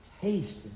Taste